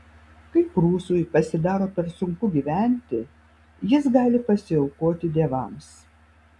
kai prūsui pasidaro per sunku gyventi jis gali pasiaukoti dievams